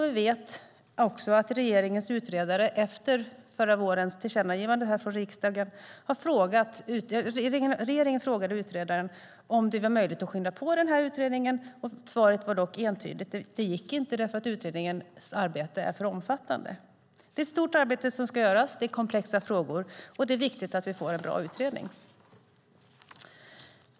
Vi vet också att regeringen efter förra vårens tillkännagivande från riksdagen frågade utredaren om det var möjligt att skynda på utredningen. Svaret var dock entydigt att det inte gick därför att utredningens arbete är för omfattande. Det är ett stort arbete som ska göras, det är komplexa frågor och det är viktigt att vi får en bra utredning.